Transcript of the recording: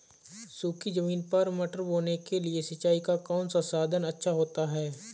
सूखी ज़मीन पर मटर बोने के लिए सिंचाई का कौन सा साधन अच्छा होता है?